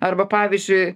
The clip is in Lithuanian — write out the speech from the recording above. arba pavyzdžiui